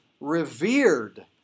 revered